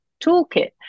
toolkit